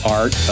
art